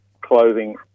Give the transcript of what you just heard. clothing